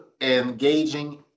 engaging